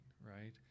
right